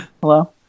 Hello